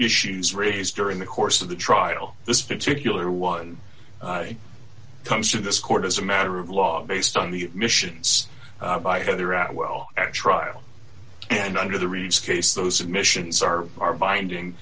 issues raised during the course of the trial this particular one comes to this court as a matter of law based on the admissions by heather at well actually and under the ricci case those submissions are are binding